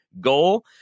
Goal